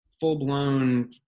full-blown